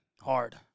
hard